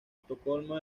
estocolmo